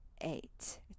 Eight